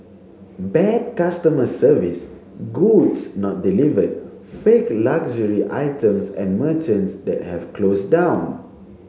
bad customer service goods not delivered fake luxury items and merchants that have closed down